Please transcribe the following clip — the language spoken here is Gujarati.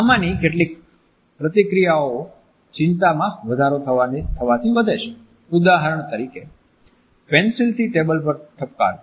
આમાંની કેટલીક પ્રતિક્રિયાઓ ચિંતામાં વધારો થવાથી વધે છે ઉદાહરણ તરીકે પેન્સિલથી ટેબલ પર ઠપકારવું